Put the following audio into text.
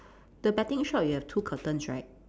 the betting shop you have two curtains right